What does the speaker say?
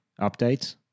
updates